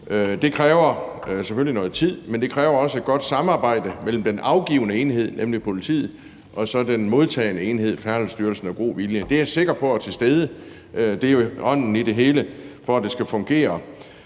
Det kræver selvfølgelig noget tid, men det kræver også god vilje og et godt samarbejde mellem den afgivende enhed, nemlig politiet, og så den modtagende enhed, Færdselsstyrelsen. Det er jeg sikker på er til stede. Det er jo ånden i det hele, for at det skal kunne